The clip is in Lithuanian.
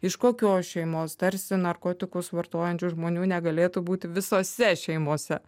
iš kokios šeimos tarsi narkotikus vartojančių žmonių negalėtų būti visose šeimose